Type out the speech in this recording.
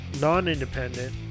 non-independent